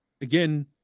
again